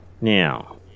Now